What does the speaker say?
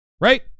right